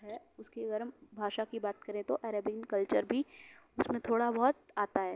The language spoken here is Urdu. ہے اس کی اگر ہم بھاشا کی بات کریں تو عربین کلچر بھی اس میں تھوڑا بہت آتا ہے